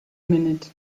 minute